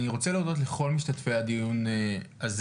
אני רוצה להודות לכל משתתפי הדיון הזה,